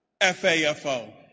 F-A-F-O